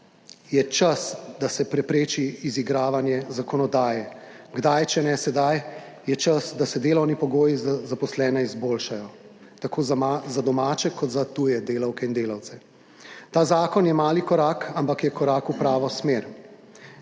je čas, da se prepreči izigravanje zakonodaje? Kdaj, če ne sedaj, je čas, da se delovni pogoji za zaposlene izboljšajo tako za domače kot za tuje delavke in delavce? Ta zakon je mali korak, ampak je korak v pravo smer.